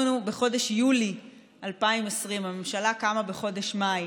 אנחנו בחודש יולי 2020. הממשלה קמה בחודש מאי.